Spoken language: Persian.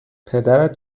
پدرت